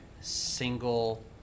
single